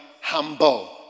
humble